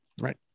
right